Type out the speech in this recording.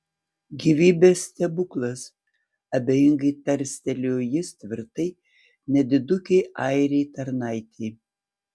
gyvybės stebuklas abejingai tarstelėjo jis tvirtai nedidukei airei tarnaitei